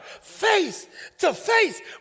face-to-face